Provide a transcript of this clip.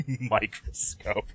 Microscope